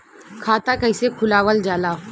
खाता कइसे खुलावल जाला?